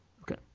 Okay